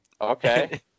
Okay